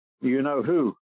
you-know-who